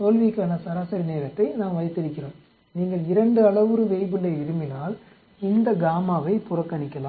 தோல்விக்கான சராசரி நேரத்தை நாம் வைத்திருக்கிறோம் நீங்கள் 2 அளவுரு வேய்புல்லை விரும்பினால் இந்த ஐ புறக்கணிக்கலாம்